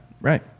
Right